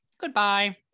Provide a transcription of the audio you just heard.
Goodbye